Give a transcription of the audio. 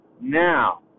Now